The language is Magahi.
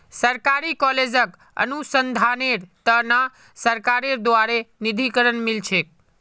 सरकारी कॉलेजक अनुसंधानेर त न सरकारेर द्बारे निधीकरण मिल छेक